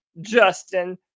Justin